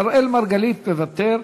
אראל מרגלית, מוותר.